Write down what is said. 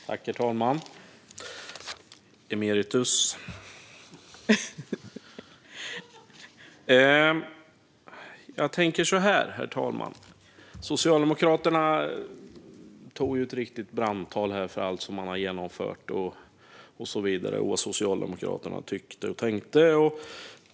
Herr talman! Jag tänker så här: Socialdemokraterna höll ju ett riktigt brandtal här om allt man har genomfört och vad Socialdemokraterna tyckte och tänkte.